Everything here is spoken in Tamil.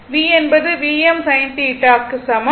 V என்பது Vm sinθ க்கு சமம்